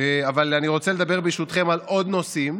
אבל אני רוצה לדבר ברשותכם על עוד נושאים